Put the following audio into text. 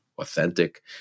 authentic